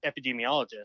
epidemiologist